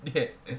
they had a